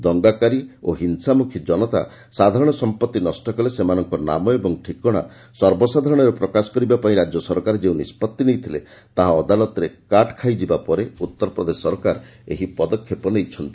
ଦଙ୍ଗାକାରୀ ଓ ହିଂସାମୁଖୀ ଜନତା ସାଧାରଣ ସମ୍ପତ୍ତି ନଷ୍ଟ କଲେ ସେମାନଙ୍କ ନାମ ଓ ଠିକଣା ସର୍ବସାଧାରଣରେ ପ୍ରକାଶ କରିବାପାଇଁ ରାଜ୍ୟ ସରକାର ଯେଉଁ ନିଷ୍କଭି ନେଇଥିଲେ ତାହା ଅଦାଲତରେ କାଟ୍ ଖାଇଯିବା ପରେ ଉତ୍ତର ପ୍ରଦେଶ ସରକାର ଏହି ପଦକ୍ଷେପ ନେଇଛନ୍ତି